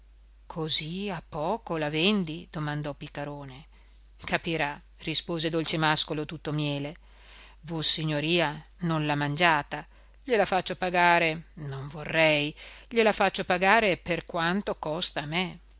così a poco la vendi domandò piccarone capirà rispose dolcemàscolo tutto miele vossignoria non l'ha mangiata gliela faccio pagare non vorrei gliela faccio pagare per quanto costa a me